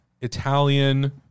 Italian